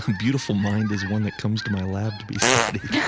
um beautiful mind is one that comes to my lab to be studied. yeah